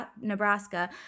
Nebraska